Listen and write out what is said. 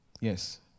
Yes